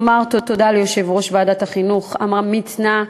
לומר תודה ליושב-ראש ועדת החינוך עמרם מצנע,